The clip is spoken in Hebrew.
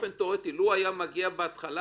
כשבאופן תיאורטי לוּ הוא היה מגיע בהתחלה,